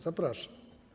Zapraszam.